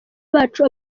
bacu